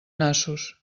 nassos